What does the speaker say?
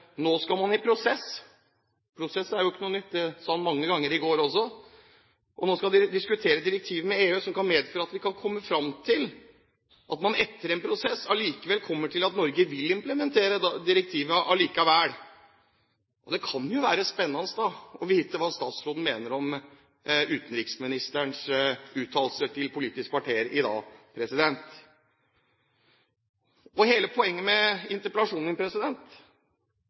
nå skal man i prosess. Prosess er jo ikke noe nytt – det sa han som sagt mange ganger i går også – og nå skal man diskutere direktivet med EU, som kan medføre at man kan komme til at Norge etter en prosess allikevel vil implementere direktivet. Det kan jo være spennende å få vite hva statsråden mener om utenriksministerens uttalelse i Politisk kvarter i dag. Hele poenget med interpellasjonen